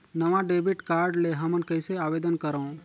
नवा debit card ले हमन कइसे आवेदन करंव?